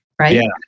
right